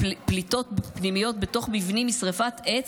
פליטות פנימיות בתוך מבנים משרפת עץ,